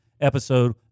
episode